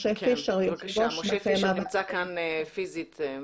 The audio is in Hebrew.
משה פישר נמצא כאן פיזית.